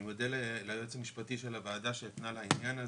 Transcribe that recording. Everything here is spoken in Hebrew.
אני מודה ליועץ המשפטי של הוועדה שהפנה לעניין הזה,